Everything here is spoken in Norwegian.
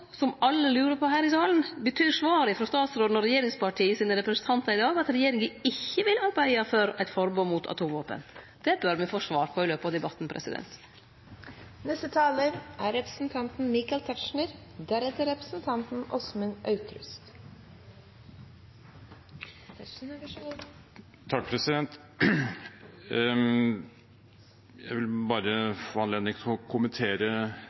som alle lurer på her i salen, er: Betyr svaret frå utanriksministeren og regjeringspartia sine representantar i dag at regjeringa ikkje vil arbeide for eit forbod mot atomvåpen? Det bør me få svar på i løpet av debatten. Jeg vil bare få anledning til å kommentere innlegget fra representanten Hansen, som igjen fremholdt at det nærmest bare var snakk om ordvalg når det gjaldt tilnærmingen for å